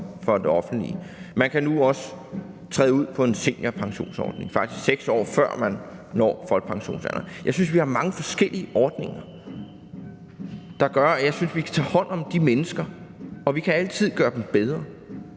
fra det offentlige, og man kan nu også træde ud på en seniorpensionsordning, faktisk 6 år før man når folkepensionsalderen. Jeg synes, vi har mange forskellige ordninger, der gør, at jeg synes, vi kan tage hånd om de mennesker, og vi kan altid gøre det bedre,